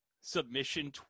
submission